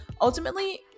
ultimately